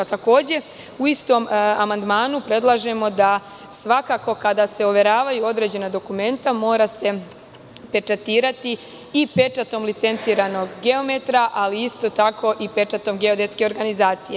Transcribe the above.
Takođe, u istom amandmanu predlažemo da – svakako kada se overavaju određena dokumenta mora se pečatirati i pečatom licenciranog geometra, ali isto tako i pečatom geodetske organizacije.